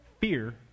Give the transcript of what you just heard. Fear